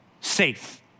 safe